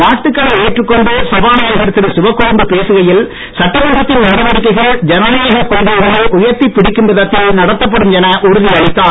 வாழ்த்துக்களை ஏற்றுக் கொண்டு சபாநாயகர் திரு சிவக்கொழுந்து பேசுகையில் சட்டமன்றத்தின் நடவடிக்கைகள் ஜனநாயக கொள்கைகளை உயர்த்திப் பிடிக்கும் விதத்தில் நடத்தப்படும் என உறுதியளித்தார்